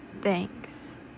Thanks